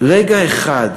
רגע אחד,